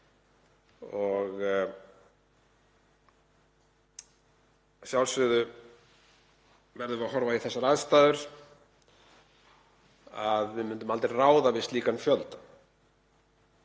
Að sjálfsögðu verðum við að horfa í þessar aðstæður. Við myndum aldrei ráða við slíkan fjölda.